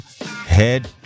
head